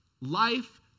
Life